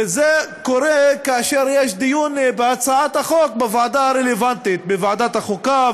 וזה קורה כאשר יש דיון בהצעת החוק בוועדה הרלוונטית בוועדת החוקה,